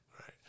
Right